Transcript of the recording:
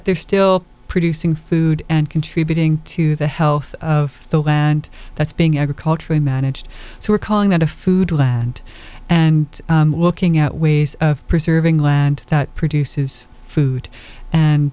they're still producing food and contributing to the health of the land that's being agriculture a manic so we're calling it a food land and looking at ways of preserving land that produces food and